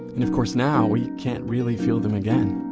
and of course, now we can't really feel them again.